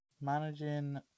Managing